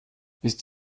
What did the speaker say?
wisst